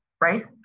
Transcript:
right